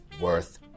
worth